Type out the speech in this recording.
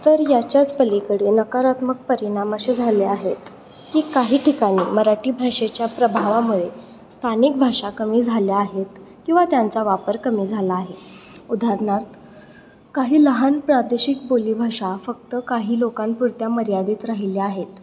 तर याच्याच पलीकडे नकारात्मक परिणाम असे झाले आहेत की काही ठिकाणी मराठी भाषेच्या प्रभावामुळे स्थानिक भाषा कमी झाल्या आहेत किंवा त्यांचा वापर कमी झाला आहे उदाहरणार्थ काही लहान प्रादेशिक बोलीभाषा फक्त काही लोकांप पुरत्या मर्यादित राहिल्या आहेत